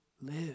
live